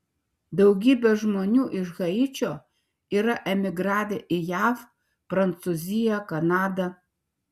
daugybė žmonių iš haičio yra emigravę į jav prancūziją kanadą